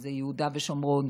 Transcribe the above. שזה יהודה ושומרון,